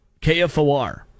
KFOR